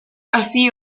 así